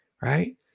right